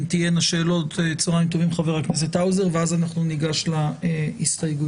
נראה אם תהיינה שאלות ואז ניגש להסתייגויות.